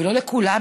לא לכולן,